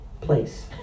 place